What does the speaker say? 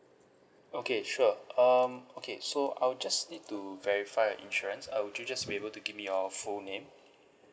okay sure um okay so I'll just need to verify your insurance uh would you just be able to give me your full name